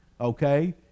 Okay